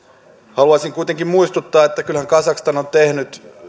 haluaisin kuitenkin muistuttaa että kyllähän kazakstan on tehnyt